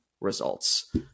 results